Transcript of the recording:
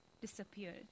disappeared